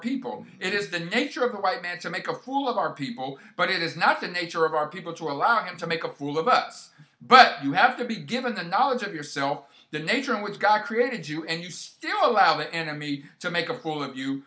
people it is the nature of a white man to make a fool of our people but it is not the nature of our people to allow him to make a fool of us but you have to be given the knowledge of yourself the nature in which god created you and you still allow the enemy to make a fool of you